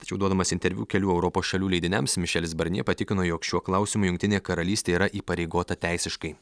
tačiau duodamas interviu kelių europos šalių leidiniams mišelis barnie patikino jog šiuo klausimu jungtinė karalystė yra įpareigota teisiškai